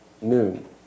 noon